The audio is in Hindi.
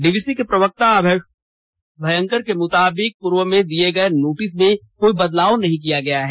डीवीसी के प्रवक्ता अभय भयंकर के मुताबिक पूर्व में दिए गए नोटिस में कोई बदलाव नहीं किया गया है